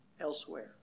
elsewhere